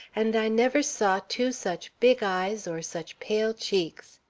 and i never saw two such big eyes or such pale cheeks.